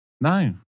No